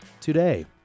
today